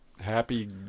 Happy